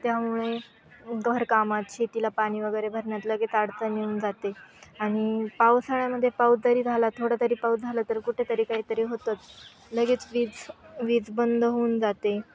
त्यामुळे घरकामात शेतीला पाणी वगैरे भरण्यात लगेच अडचण येऊन जाते आणि पावसाळ्यामध्ये पाऊस जरी झाला थोडा तरी पाऊस झाला तर कुठेतरी काहीतरी होतंच लगेच वीज वीज बंद होऊन जाते